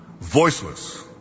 voiceless